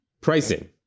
Pricing